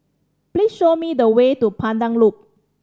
please show me the way to Pandan Loop